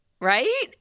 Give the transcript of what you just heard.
Right